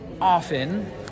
often